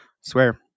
swear